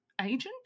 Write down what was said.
agent